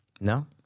No